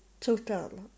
total